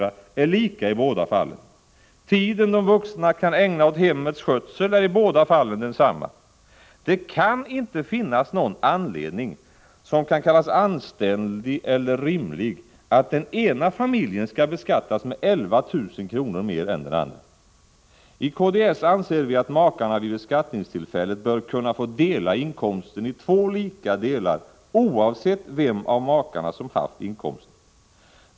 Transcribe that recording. är lika i båda fallen. Tiden de vuxna kan ägna åt hemmets skötsel är i båda fallen densamma. Det kan inte finnas någon anledning, som kan kallas anständig eller rimlig, att den ena familjen skall beskattas med 11 000 kr. mer än den andra. I kds anser vi att makarna vid beskattningstillfället bör kunna få dela inkomsten i två lika delar oavsett vem av makarna som haft inkomsten.